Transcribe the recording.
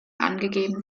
angegeben